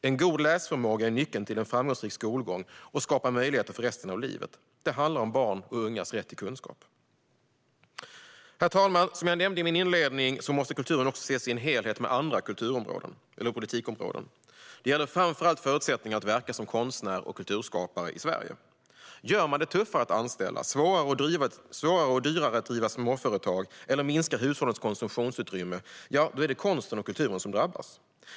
En god läsförmåga är nyckeln till en framgångsrik skolgång och skapar möjligheter för resten av livet. Det handlar om barns och ungas rätt till kunskap. Herr talman! Som jag nämnde i min inledning måste kulturen också ses i en helhet med andra politikområden. Det gäller framför allt förutsättningarna att verka som konstnär och kulturskapare i Sverige. Gör man det tuffare att anställa, svårare och dyrare att driva småföretag eller minskar hushållens konsumtionsutrymme, ja, då är det konsten och kulturen som drabbas.